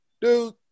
Dude